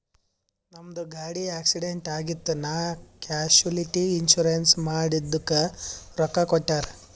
ನಮ್ದು ಗಾಡಿ ಆಕ್ಸಿಡೆಂಟ್ ಆಗಿತ್ ನಾ ಕ್ಯಾಶುಲಿಟಿ ಇನ್ಸೂರೆನ್ಸ್ ಮಾಡಿದುಕ್ ರೊಕ್ಕಾ ಕೊಟ್ಟೂರ್